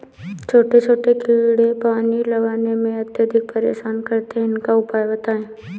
छोटे छोटे कीड़े पानी लगाने में अत्याधिक परेशान करते हैं इनका उपाय बताएं?